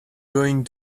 going